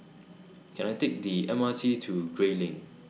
Can I Take The M R T to Gray Lane